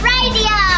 Radio